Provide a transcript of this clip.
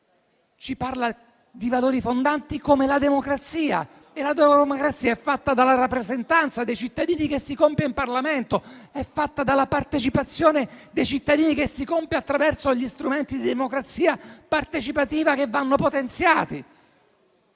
ci parla di valori fondanti come la democrazia, che è fatta dalla rappresentanza dei cittadini, che si compie in Parlamento, e dalla partecipazione dei cittadini, che si compie attraverso gli strumenti di democrazia partecipativa, che vanno potenziati.